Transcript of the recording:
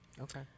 Okay